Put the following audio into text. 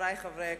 חברי חברי הכנסת,